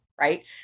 right